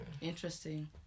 Interesting